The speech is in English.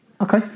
Okay